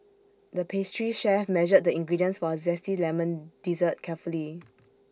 the pastry chef measured the ingredients for A Zesty Lemon Dessert carefully